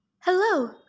Hello